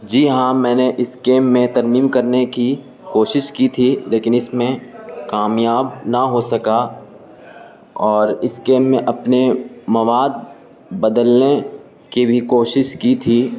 جی ہاں میں نے اس کییم میں ترمیم کرنے کی کوشش کی تھی لیکن اس میں کامیاب نہ ہو سکا اور اس کییم میں اپنے مواد بدلنے کی بھی کوشش کی تھی